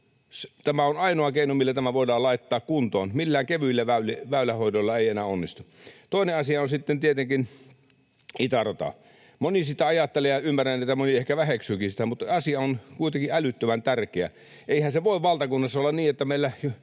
Tämä on ainoa keino, millä tämä voidaan laittaa kuntoon. Millään kevyillä väylähoidoilla ei enää onnistu. Toinen asia on sitten tietenkin itärata. Moni sitä ajattelee, ja ymmärrän, että moni ehkä väheksyykin sitä, mutta asia on kuitenkin älyttömän tärkeä. Eihän se voi valtakunnassa olla niin, että meillä